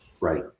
Right